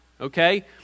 okay